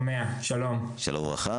שלום וברכה.